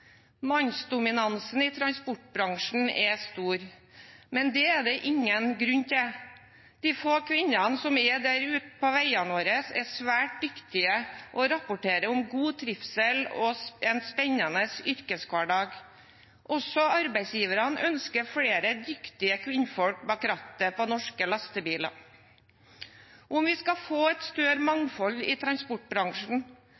Mannsdominansen i transportbransjen er stor, men det er det ingen grunn til. De få kvinnene som er der ute på veiene våre, er svært dyktige og rapporterer om god trivsel og en spennende yrkeshverdag. Også arbeidsgiverne ønsker flere dyktige kvinnfolk bak rattet på norske lastebiler. Om vi skal få et større